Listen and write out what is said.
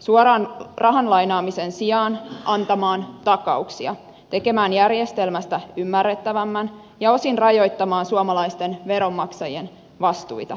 suoran rahan lainaamisen sijaan antamaan takauksia tekemään järjestelmästä ymmärrettävämmän ja osin rajoittamaan suomalaisten veronmaksajien vastuita